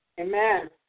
Amen